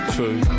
True